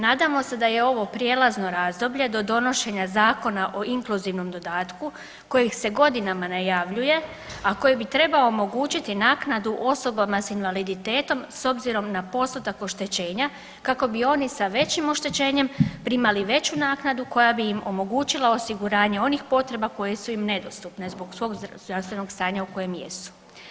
Nadamo se da je ovo prijelazno razdoblje do donošenja Zakona o inkluzivnom dodatku koji se godinama najavljuje, a koji bi trebao omogućiti naknadu osobama s invaliditetom s obzirom na postotak oštećenja kako bi oni sa većim oštećenjem primali veću naknadu koja bi im omogućila osiguranje onih potreba koje su im nedostupne zbog svog zdravstvenog stanja u kojem jesu.